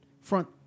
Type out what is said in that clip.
front